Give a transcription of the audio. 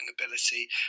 ability